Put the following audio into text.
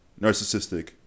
narcissistic